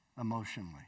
emotionally